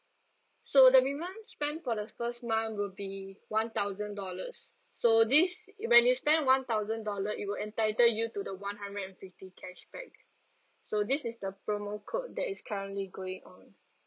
so the minimum spend for the first month will be one thousand dollars so this when you spend one thousand dollar it will entitle you to the one hundred and fifty cashback so this is the promo code that is currently going on